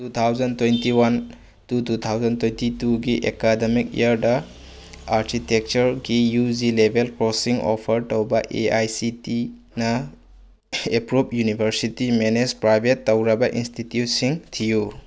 two thousand twenty one two two thousand twenty ꯇꯨꯒꯤ academic ꯏꯌꯥꯔꯗ ꯑꯥꯔꯀꯤꯇꯦꯛꯆꯔꯒꯤ ꯌꯨ ꯖꯤ ꯂꯦꯕꯦꯜ ꯀꯣꯔꯁꯁꯤꯡ ꯑꯣꯐꯔ ꯇꯧꯕ A I E C T ꯏꯤꯅ ꯑꯦꯄ꯭ꯔꯨꯞ ꯌꯨꯅꯤꯕꯔꯁꯤꯇꯤ ꯃꯦꯅꯦꯖ ꯄ꯭ꯔꯥꯏꯕꯦꯠ ꯇꯧꯔꯒ ꯏꯟꯁꯇꯤꯇ꯭ꯌꯨꯠꯁꯤꯡ ꯊꯤꯌꯨ